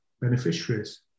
beneficiaries